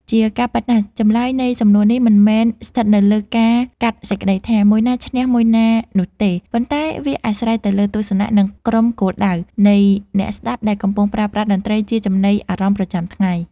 ជាការពិតណាស់ ចម្លើយនៃសំណួរនេះមិនមែនស្ថិតនៅលើការកាត់សេចក្តីថា មួយណាឈ្នះមួយណានោះទេ ប៉ុន្តែវាអាស្រ័យទៅលើ ទស្សនៈ និង ក្រុមគោលដៅ នៃអ្នកស្ដាប់ដែលកំពុងប្រើប្រាស់តន្ត្រីជាចំណីអារម្មណ៍ប្រចាំថ្ងៃ។